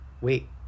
Wait